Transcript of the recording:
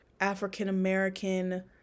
African-American